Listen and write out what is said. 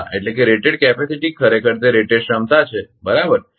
તેથી રેટેડ ક્ષમતા ખરેખર તે રેટેડ ક્ષમતા છે બરાબર